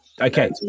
okay